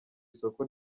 isoko